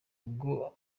ubwo